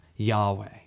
Yahweh